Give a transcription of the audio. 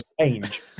change